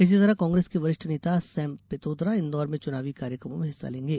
इसी तरह कांग्रेस के वरिष्ठ नेता सेम पैत्रोदा इंदौर में चुनावी कार्यक्रमों में हिस्सा लेंगे